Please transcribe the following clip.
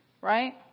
Right